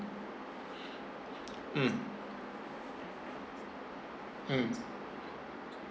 mm mm